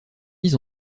mis